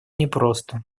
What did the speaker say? непросто